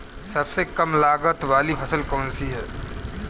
सबसे कम लागत वाली फसल कौन सी है?